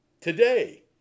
Today